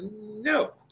no